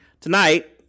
Tonight